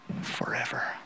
forever